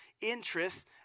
interests